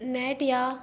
net या